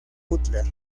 butler